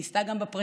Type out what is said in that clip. היא ניסתה גם בפרטי,